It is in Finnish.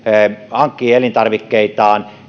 hankkii elintarvikkeitaan